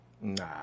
Nah